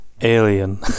Alien